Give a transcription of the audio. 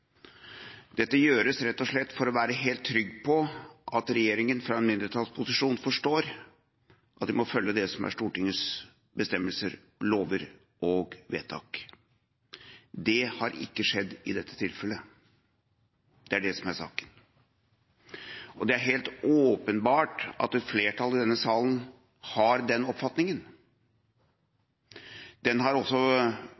Dette gjøres rett og slett for å være helt trygg på at regjeringen fra en mindretallsposisjon forstår at de må følge det som er Stortingets bestemmelser, lover og vedtak. Det har ikke skjedd i dette tilfellet. Det er det som er saken. Og det er helt åpenbart at et flertall i denne salen har den oppfatningen.